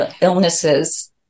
illnesses